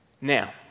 Now